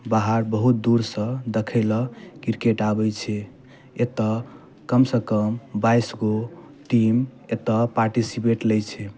बाहर बहुत दूरसँ देखय लऽ क्रिकेट आबैत छै एतऽ कम सँ कम बाइस गो टीम एतऽ पार्टिसिपेट लै छै